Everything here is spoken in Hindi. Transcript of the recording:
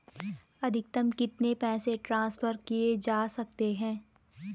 अधिकतम कितने पैसे ट्रांसफर किये जा सकते हैं?